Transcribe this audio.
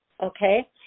Okay